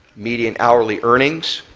median hourly earnings,